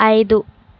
ఐదు